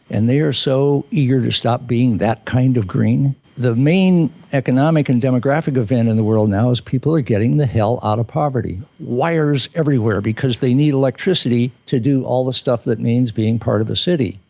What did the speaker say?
and they are so eager to stop being that kind of green. the main economic and demographic event in and the world now is people are getting the hell out of poverty. wires everywhere because they need electricity to do all the stuff that means being part of the city.